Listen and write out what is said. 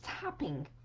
tapping